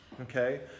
okay